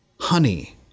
Honey